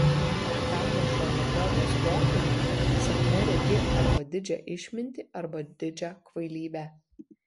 o pranašo lebiodos mokymu sapne regi arba didžią išmintį arba didžią kvailybę